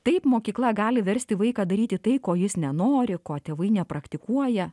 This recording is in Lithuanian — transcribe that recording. taip mokykla gali versti vaiką daryti tai ko jis nenori ko tėvai nepraktikuoja